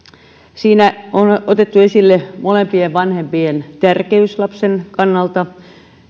siinä on otettu esille molempien vanhempien tärkeys lapsen kannalta